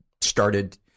started